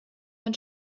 man